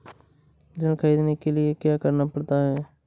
ऋण ख़रीदने के लिए क्या करना पड़ता है?